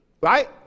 Right